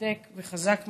מרתק וחזק מאוד.